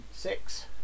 Six